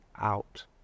out